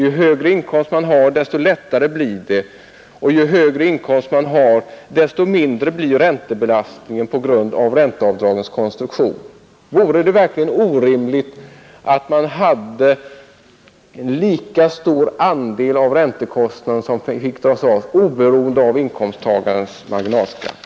Ju högre inkomst man har, desto lättare blir det, och ju högre inkomst man har desto mindre blir räntebelastningen på grund av ränteavdragens konstruktion. Vore det verkligen orimligt att en lika stor andel av räntekostnaden fick dras av, oberoende av inkomsttagarnas marginalskatt?